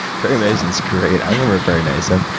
perry mason is great. i remember perry mason.